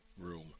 room